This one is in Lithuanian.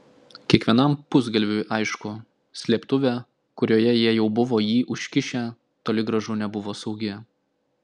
kiekvienam pusgalviui aišku slėptuvė kurioje jie jau buvo jį užkišę toli gražu nebuvo saugi